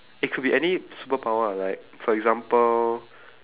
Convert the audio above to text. it could be any superpower ah like for example